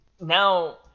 now